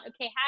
okay